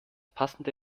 passende